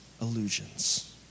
illusions